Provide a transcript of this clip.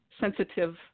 sensitive